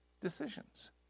decisions